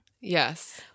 Yes